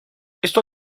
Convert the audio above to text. esto